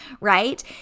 right